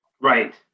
Right